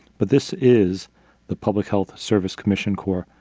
but this is the public health service commissioned corps,